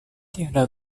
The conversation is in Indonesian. tiada